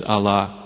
Allah